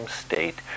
state